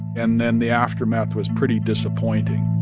and then the aftermath was pretty disappointing